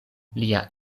lia